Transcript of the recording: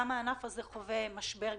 הענף הזה חווה משבר גדול,